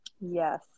Yes